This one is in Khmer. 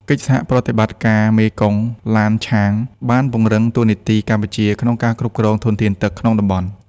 កិច្ចសហប្រតិបត្តិការមេគង្គ-ឡានឆាង បានពង្រឹងតួនាទីកម្ពុជាក្នុងការគ្រប់គ្រងធនធានទឹកក្នុងតំបន់។